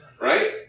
right